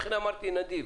לכן אמרתי נדיב.